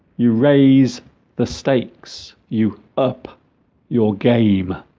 you raise the stakes you up your game